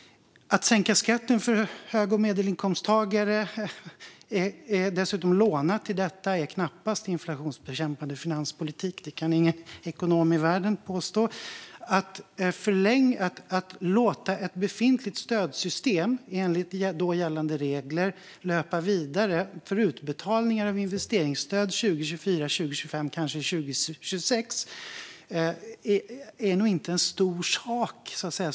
Att sänka skatten för hög och medelinkomsttagare och dessutom låna till detta är knappast en inflationsbekämpande finanspolitik. Det kan ingen ekonom i världen påstå. Att låta ett befintligt stödsystem enligt då gällande regler löpa vidare för utbetalningar av investeringsstöd 2024, 2025 och kanske 2026 är nog inte en stor sak, så att säga.